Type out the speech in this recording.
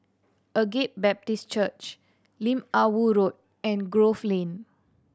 Agape Baptist Church Lim Ah Woo Road and Grove Lane